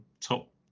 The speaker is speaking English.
top